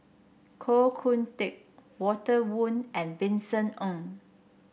Koh Hoon Teck Walter Woon and Vincent Ng